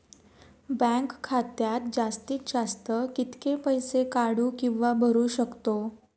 Bank खात्यात जास्तीत जास्त कितके पैसे काढू किव्हा भरू शकतो?